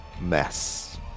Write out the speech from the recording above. mess